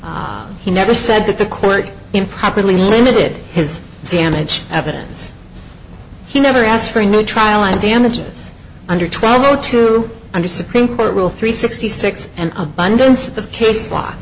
air he never said that the court improperly limited his damage evidence he never asked for a new trial and damages under twelve o two under supreme court rule three sixty six and abundance of case